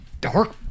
Dark